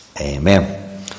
Amen